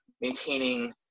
maintaining